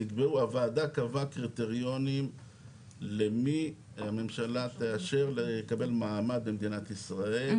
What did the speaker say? הוועדה פרסמה קריטריונים למי הממשלה תאשר לקבל מעמד במדינת ישראל,